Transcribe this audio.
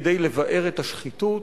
כדי לבער את השחיתות,